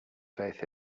faith